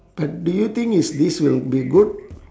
but do you think is this will be good